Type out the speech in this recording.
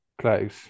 close